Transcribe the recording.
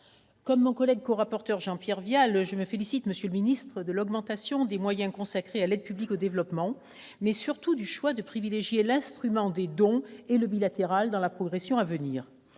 comme mon collègue rapporteur pour avis Jean-Pierre Vial, je me félicite de l'augmentation des moyens consacrés à l'aide publique au développement, mais surtout du choix de privilégier l'instrument des dons et le bilatéral dans la progression à venir.